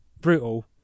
brutal